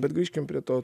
bet grįžkim prie to